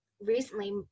recently